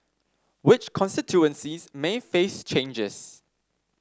which constituencies may face changes